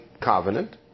covenant